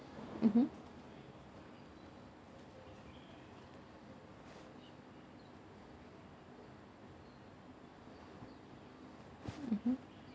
mmhmm mmhmm